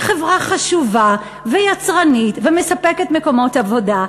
שהיא חברה חשובה, ויצרנית, ומספקת מקומות עבודה,